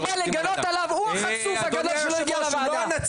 באה לגנות עליו הוא החצוף שלא הגיע לוועדה.